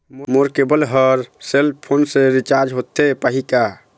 मोर cable हर cell phone से रिचार्ज होथे पाही का?